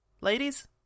ladies